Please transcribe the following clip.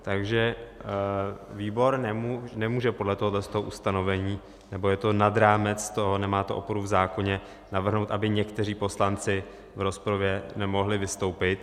Takže výbor nemůže podle tohoto ustanovení nebo je to nad rámec toho, nemá to oporu v zákoně navrhnout, aby někteří poslanci v rozpravě nemohli vystoupit.